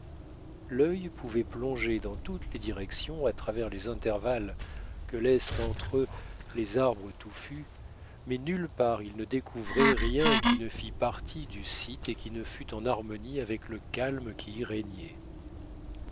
l'œil pouvait plonger dans toutes les directions à travers les intervalles que laissent entre eux les arbres touffus mais nulle part il ne découvrait rien qui ne fit partie du site et qui ne fût en harmonie avec le calme qui y régnait